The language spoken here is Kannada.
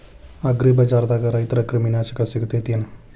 ಅಗ್ರಿಬಜಾರ್ದಾಗ ರೈತರ ಕ್ರಿಮಿ ನಾಶಕ ಸಿಗತೇತಿ ಏನ್?